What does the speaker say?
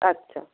আচ্ছা